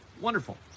Wonderful